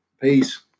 Peace